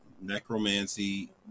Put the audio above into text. necromancy